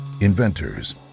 inventors